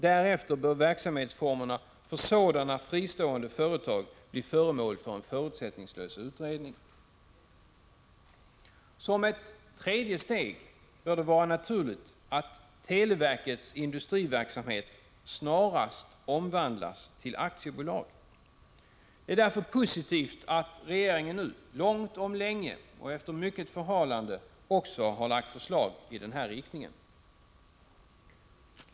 Därefter bör verksamhetsformerna för sådana fristående företag bli föremål för en förutsättningslös utredning. Som ett tredje steg bör det vara naturligt att televerkets industriverksamhet snarast omvandlas till aktiebolag. Det är därför positivt att regeringen nu, långt om länge och efter mycket förhalande, också har lagt fram förslag i den här riktningen.